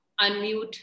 unmute